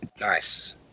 Nice